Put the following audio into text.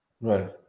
Right